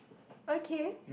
okay